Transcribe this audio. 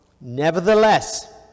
Nevertheless